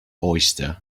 oyster